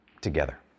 together